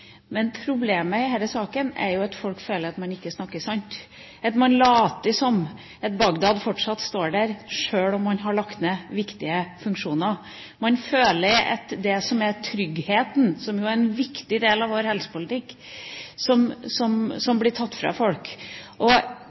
Men problemet i denne saken er at folk føler at man ikke snakker sant, at man later som om Bagdad fortsatt står der, sjøl om man har lagt ned viktige funksjoner. Man føler at det som er tryggheten, som er en viktig del av vår helsepolitikk, blir tatt fra folk.